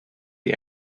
the